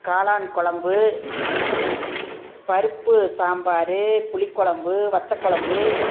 காளான் கொழம்பு பருப்பு சாம்பார் புளிக்கொழம்பு வத்தக்கொழம்பு